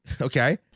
okay